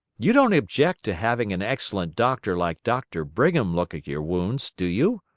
you don't object to having an excellent doctor like doctor brigham look at your wounds, do you?